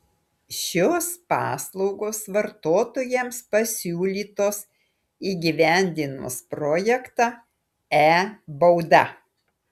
šios paslaugos vartotojams pasiūlytos įgyvendinus projektą e bauda